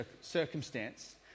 circumstance